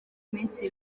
minsi